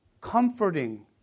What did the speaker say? Comforting